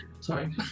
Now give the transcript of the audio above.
sorry